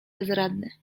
bezradny